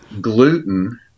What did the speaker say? gluten